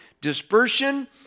Dispersion